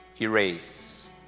erase